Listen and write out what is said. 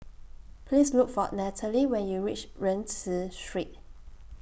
Please Look For Nathalie when YOU REACH Rienzi Street